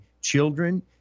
children